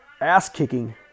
ass-kicking